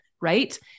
right